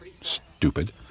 stupid